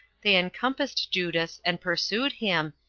they encompassed judas, and pursued him,